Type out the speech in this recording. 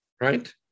Right